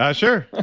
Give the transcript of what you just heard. yeah sure.